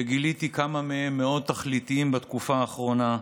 שגיליתי כמה מהם מאוד תכליתיים בתקופה האחרונה: